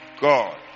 God